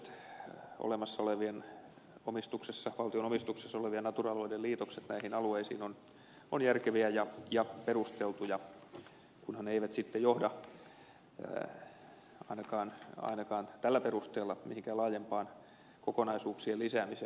myöskin nämä liitokset valtion omistuksessa olevien natura alueiden liitokset näihin alueisiin ovat järkeviä ja perusteltuja kunhan ne eivät sitten johda ainakaan tällä perusteella mihinkään laajempaan kokonaisuuksien lisäämiseen